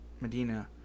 Medina